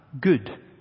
good